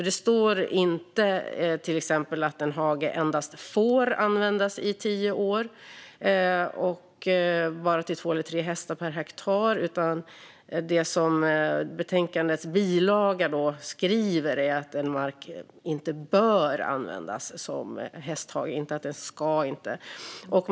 Det står inte, till exempel, att en hage endast får användas i tio år och bara till två eller tre hästar per hektar. Det som står i betänkandets bilaga är att en mark inte bör användas som hästhage, inte att den inte ska användas.